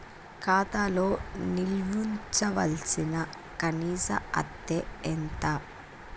ఖాతా లో నిల్వుంచవలసిన కనీస అత్తే ఎంత?